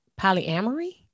polyamory